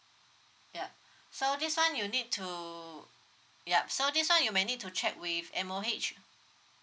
ya so this one you need to yup so this one you may need to check with M_O_H